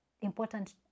important